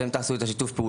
אתם תעשו את השת"פ,